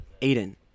Aiden